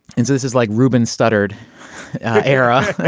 and so this is like ruben studdard era.